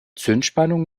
zündspannung